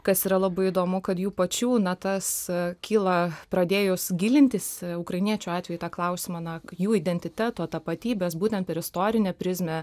kas yra labai įdomu kad jų pačių na tas kyla pradėjus gilintis ukrainiečių atveju į tą klausimą na jų identiteto tapatybės būtent per istorinę prizmę